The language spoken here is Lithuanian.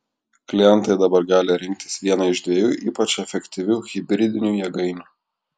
klientai dabar gali rinktis vieną iš dviejų ypač efektyvių hibridinių jėgainių